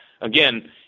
again